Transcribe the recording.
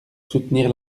soutenir